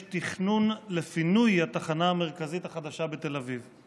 תכנון לפינוי התחנה המרכזית החדשה בתל אביב.